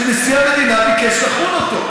שנשיא המדינה ביקש לחון אותו.